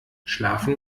schlafen